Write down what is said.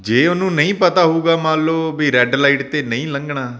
ਜੇ ਉਹਨੂੰ ਨਹੀਂ ਪਤਾ ਹੋਊਗਾ ਮੰਨ ਲਓ ਵੀ ਰੈਡ ਲਾਈਟ 'ਤੇ ਨਹੀਂ ਲੰਘਣਾ